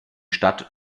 stadt